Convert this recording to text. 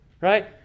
right